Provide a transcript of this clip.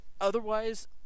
otherwise